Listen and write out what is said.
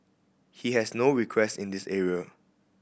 he has no request in this area